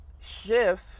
shift